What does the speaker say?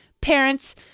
parents